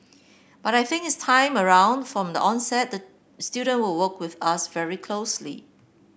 but I think its time around from the onset the student will work with us very closely